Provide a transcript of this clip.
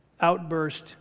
outburst